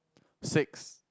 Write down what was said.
six